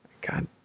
God